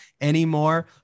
anymore